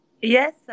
Yes